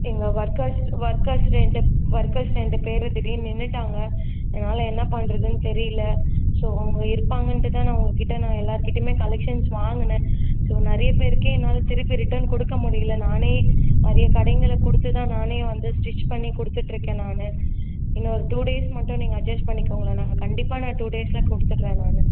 எங்கள் workers workers ரெண்டு workers ரெண்டு பேர் திடீர்ன்னு நின்றுட்டாங்க எங்களால் என்ன பண்ணுறதுன்னு தெரியல ஸோ அவங்க இருப்பாங்கன்ட்டு தான் நான் உங்கள்கிட்ட நான் எல்லார்கிட்டயுமே கலெக்ஷன்ஸ் வாங்கினேன் ஸோ நிறையா பேருக்கே என்னால் திருப்பி ரிட்டர்ன் கொடுக்க முடியல நானே நிறையா கடைங்களுக்கு கொடுத்துதான் நானே வந்து ஸ்டிச் பண்ணி கொடுத்துட்ருக்கேன் நான் இன்னும் ஒரு டூ டேஸ் மட்டும் நீங்கள் அட்ஜஸ்ட் பண்ணிக்கோங்களேன் நாங்கள் கண்டிப்பாக நான் டூ டேஸில் கொடுத்துட்றேன் நான்